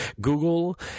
Google